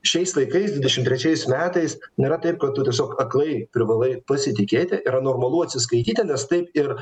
šiais laikais dvidešim trečiais metais nėra taip kad tu tiesiog aklai privalai pasitikėti yra normalu atsiskaityti nes taip ir